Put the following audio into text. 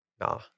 Nah